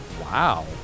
Wow